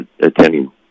attending